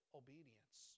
obedience